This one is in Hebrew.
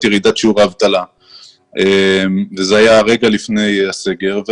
ירידת שיעור האבטלה וזה היה רגע לפני הסגר.